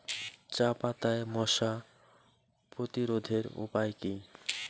চাপাতায় মশা প্রতিরোধের উপায় কি?